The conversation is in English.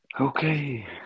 Okay